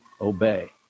obey